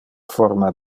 forma